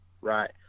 Right